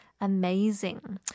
Amazing